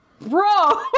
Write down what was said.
bro